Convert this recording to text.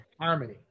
harmony